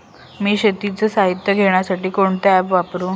मी शेतीचे साहित्य घेण्यासाठी कोणते ॲप वापरु?